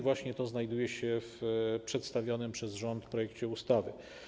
Właśnie to znajduje się w przedstawionym przez rząd projekcie ustawy.